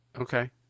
Okay